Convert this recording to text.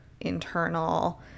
internal